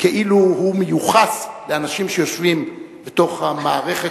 כאילו הוא מיוחס לאנשים שיושבים בתוך המערכת